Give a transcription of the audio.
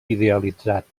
idealitzat